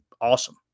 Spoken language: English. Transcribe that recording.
awesome